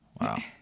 Wow